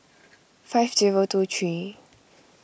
five zero two three